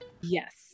Yes